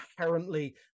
inherently